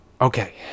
Okay